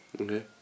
Okay